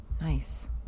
nice